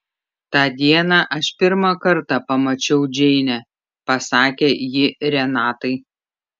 tą dieną aš pirmą kartą pamačiau džeinę pasakė ji renatai